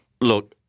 Look